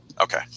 Okay